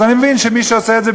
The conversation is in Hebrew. אז אני מבין שמי שעושה את זה,